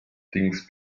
things